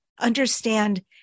understand